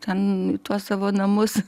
ten tuos savo namus